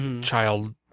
child